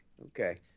Okay